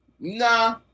nah